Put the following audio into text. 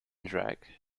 drag